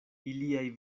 iliaj